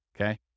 okay